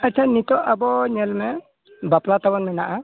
ᱟᱪᱪᱷᱟ ᱱᱤᱛᱳᱜ ᱟᱵᱚ ᱧᱮᱞ ᱢᱮ ᱵᱟᱯᱞᱟ ᱛᱟᱵᱚᱱ ᱢᱮᱱᱟᱜᱼᱟ